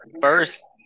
first